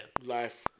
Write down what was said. Life